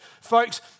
folks